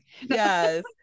Yes